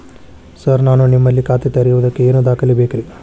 Sir ನಾನು ನಿಮ್ಮಲ್ಲಿ ಖಾತೆ ತೆರೆಯುವುದಕ್ಕೆ ಏನ್ ದಾಖಲೆ ಬೇಕ್ರಿ?